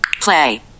Play